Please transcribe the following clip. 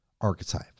archetype